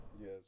Yes